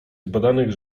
zbadanych